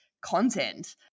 content